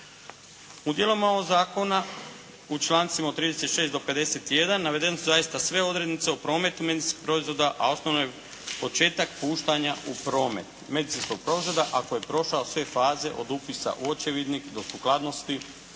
U dijelovima ovoga Zakona, u člancima od 36. do 51. navedene su zaista sve odrednice o prometu medicinskih proizvoda a osnovno je početak puštanja u promet medicinskog proizvoda ako je prošao sve faze od upisa u očevidnik, do sukladnosti,